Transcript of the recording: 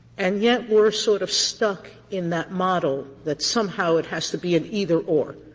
and yet we're sort of stuck in that model that somehow it has to be an either or.